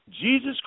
Jesus